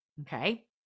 Okay